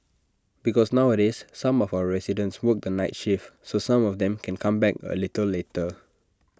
because nowadays some of our residents work the night shift so some of them can come back A little later